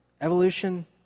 Evolution